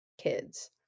kids